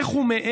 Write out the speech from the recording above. איך הוא מעז?